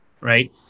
right